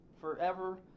forever